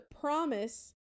promise